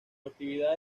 actividad